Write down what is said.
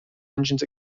engines